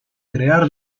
crear